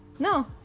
No